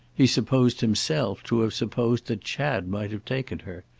he supposed himself to have supposed that chad might have taken her,